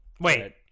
wait